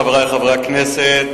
חברי חברי הכנסת,